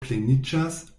pleniĝas